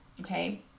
okay